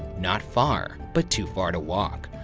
not far, but too far to walk.